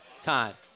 time